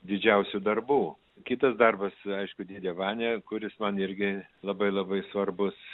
didžiausių darbų kitas darbas aišku dėdė vania kuris man irgi labai labai svarbus